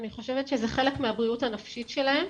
אני חושבת שזה חלק מהבריאות הנפשית שלהם.